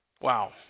Wow